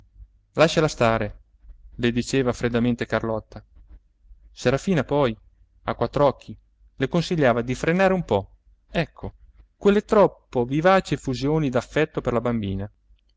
lasciala stare le diceva freddamente carlotta serafina poi a quattr'occhi le consigliava di frenare un po ecco quelle troppo vivaci effusioni d'affetto per la bambina